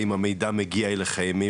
אם המידע מגיע אליכם,